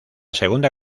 segunda